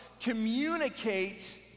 communicate